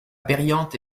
périanthe